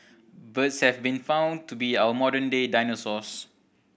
birds have been found to be our modern day dinosaurs